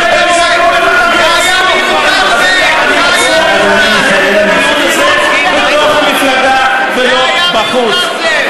זה היה מותר, זאב, בתוך המפלגה ולא בחוץ.